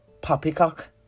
poppycock